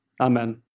Amen